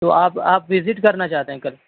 تو آپ آپ وزٹ کرنا چاہتے ہیں کل